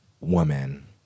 woman